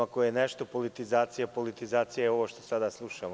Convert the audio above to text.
Ako je nešto politizacija, politizacija je ovo što sada slušamo.